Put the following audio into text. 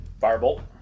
Firebolt